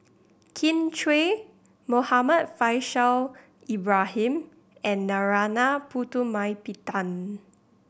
Kin Chui Muhammad Faishal Ibrahim and Narana Putumaippittan